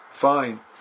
fine